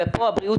ופה הבריאות,